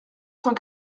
cent